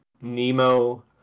Nemo